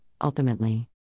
ultimately